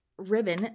ribbon